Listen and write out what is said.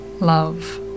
love